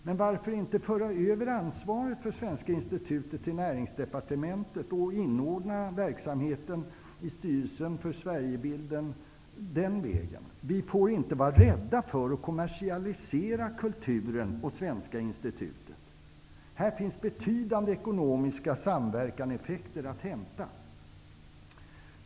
Men varför då inte föra över ansvaret för Svenska institutet till Näringsdepartementet och inordna verksamheten i Styrelsen för Sverigebilden? Vi får inte vara rädda för att kommersialisera kulturen och Svenska institutet. Här finns betydande ekonomiska samverkanseffekter att hämta.